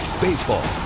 Baseball